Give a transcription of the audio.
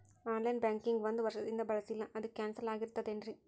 On line banking ಒಂದ್ ವರ್ಷದಿಂದ ಬಳಸಿಲ್ಲ ಅದು ಕ್ಯಾನ್ಸಲ್ ಆಗಿರ್ತದೇನ್ರಿ?